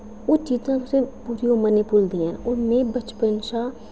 ओह् चीजां ना तुसेंगी पूरी उमर नेईं भुलदियां न होर मैं बचपन शा